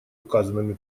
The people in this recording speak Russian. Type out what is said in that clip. указанными